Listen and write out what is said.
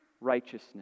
righteousness